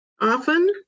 Often